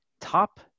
top